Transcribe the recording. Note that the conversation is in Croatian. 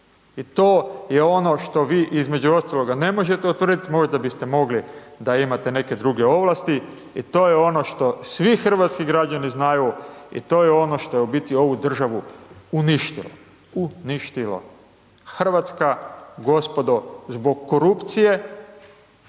I to je ono što vi između ostaloga ne možete utvrditi, možda biste mogli da imate neke druge ovlasti i to je ono što svi hrvatski građani znaju i to je ono što je u biti ovu državu uništilo. Uništilo. Hrvatska gospodo zbog korupcije,